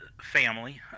Family